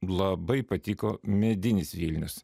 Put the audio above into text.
labai patiko medinis vilnius